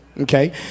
okay